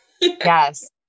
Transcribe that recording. Yes